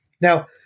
Now